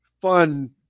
fun